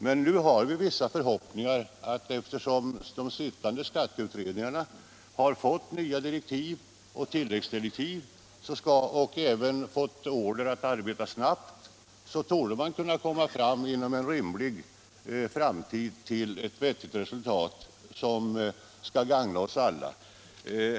Men eftersom de sittande skatteutredningarna har fått tilläggsdirektiv och order att arbeta snabbt har vi vissa förhoppningar om att man inom en rimlig framtid skall kunna nå ett vettigt resultat, som skall gagna oss alla.